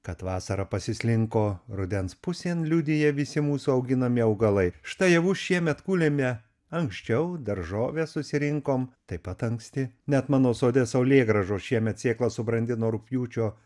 kad vasara pasislinko rudens pusėn liudija visi mūsų auginami augalai štai javus šiemet kūlėme anksčiau daržoves susirinkom taip pat anksti net mano sode saulėgrąžos šiemet sėklas subrandino rugpjūčio